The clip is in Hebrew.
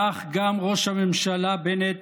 כך גם ראש הממשלה בנט